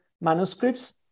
manuscripts